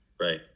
Right